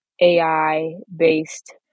AI-based